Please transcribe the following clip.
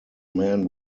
men